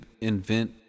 invent